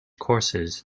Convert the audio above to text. courses